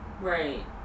right